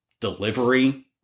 delivery